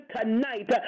tonight